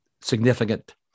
significant